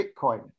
Bitcoin